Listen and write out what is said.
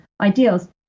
ideals